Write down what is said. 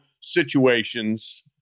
situations